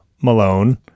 Malone